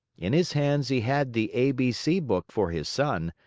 in his hands he had the a b c book for his son,